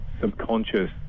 subconscious